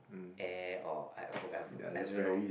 eh or I I I don't know